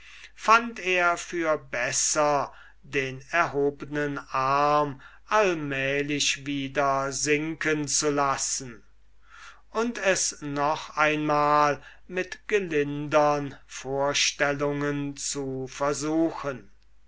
fand er für besser ihn allmählig wieder sinken zu lassen und es noch einmal mit gelindern vorstellungen zu versuchen